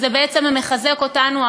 וזה בעצם מחזק אותנו,